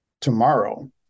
tomorrow